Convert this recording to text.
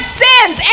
sins